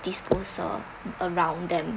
disposal around them